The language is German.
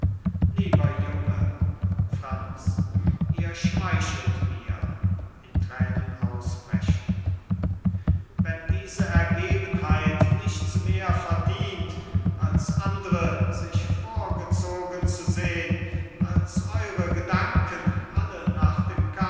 lieber junge franz ihr schmeichelt mir in tränen ausbrechend wenn diese ergebenheit nichts mehr verdient als andere sich vorgezogen zu sehn als eure gedanken alle nach dem